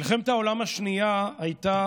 מלחמת העולם השנייה הייתה